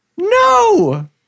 No